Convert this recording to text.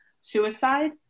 suicide